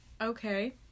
Okay